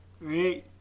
right